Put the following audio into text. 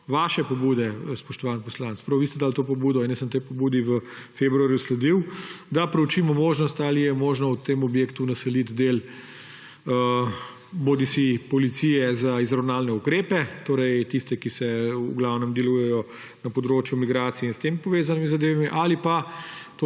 vaše pobude, spoštovani poslanec. Prav vi ste dali to pobudo in jaz sem tej pobudi v februarju sledil, da proučimo možnost, ali je mogoče v tem objektu naseliti del bodisi policije za izravnalne ukrepe, torej tiste, ki v glavnem delujejo na področju migracij in s tem povezanimi zadevami, ali pa